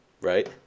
Right